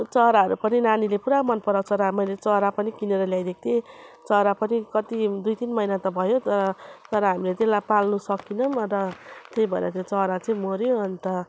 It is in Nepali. चराहरू पनि नानीले पुरा मनपराउँछ र मैले चरा पनि किनेर ल्याइदिएको थिएँ चरा पनि कति दुई तिन महिना त भयो तर तर हामीले त्यसलाई पाल्नु सकिनौँ र त्यही भएर त्यो चरा चाहिँ मऱ्यो अन्त